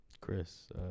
Chris